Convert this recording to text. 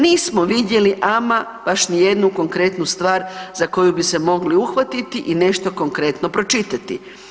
Nismo vidjeli ama baš ni jednu konkretnu stvar za koju bismo se mogli uhvatiti i nešto konkretno pročitati.